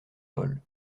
paul